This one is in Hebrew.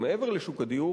מעבר לשוק הדיור,